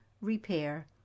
repair